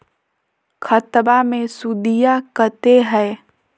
खतबा मे सुदीया कते हय?